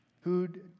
who'd